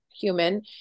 human